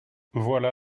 voilà